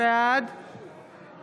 בעד